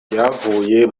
ryavuye